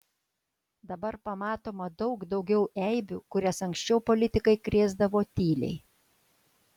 dabar pamatoma daug daugiau eibių kurias anksčiau politikai krėsdavo tyliai